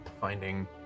finding